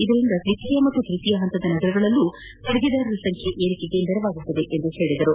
ಇದರಿಂದ ದ್ಲಿತೀಯ ಮತ್ತು ತೃತೀಯ ಹಂತದ ನಗರಗಳಲ್ಲೂ ತೆರಿಗೆದಾರರ ಸಂಖ್ಯೆ ಏರಿಕೆಗೆ ನೆರವಾಗಲಿದೆ ಎಂದರು